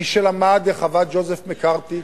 מי שלמד איך עבד ג'וזף מקארתי,